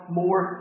more